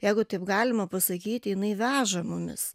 jeigu taip galima pasakyti jinai veža mumis